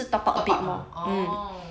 top up ah oh